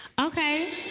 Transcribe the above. Okay